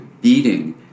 beating